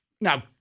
Now